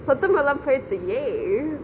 சத்தமெல்லா போய்டுச்சு:sathemaella poiduchi !yay!